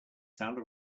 sound